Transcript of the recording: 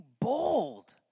bold